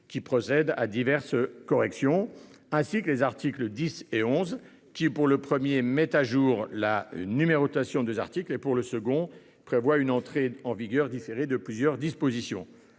qui procèdent à diverses corrections, ainsi que des articles 10 et 11, le premier mettant à jour la numérotation des articles, le second différant l'entrée en vigueur de plusieurs dispositions.